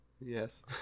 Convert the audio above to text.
Yes